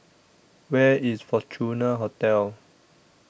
Where IS Fortuna Hotel